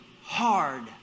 hard